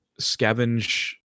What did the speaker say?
scavenge